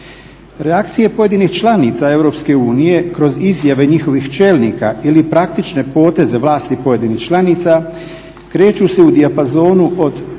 Reakcije pojedinih članica EU kroz izjave njihovih čelnika ili praktične poteze vlasti pojedinih članica kreću se u dijapazonu od